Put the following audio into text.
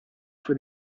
for